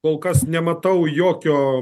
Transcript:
kol kas nematau jokio